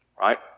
right